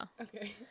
Okay